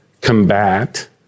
combat